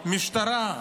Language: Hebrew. משטרה.